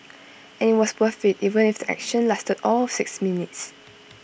and IT was worth IT even if the action lasted all of six minutes